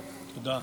תודה,